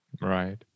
Right